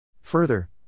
Further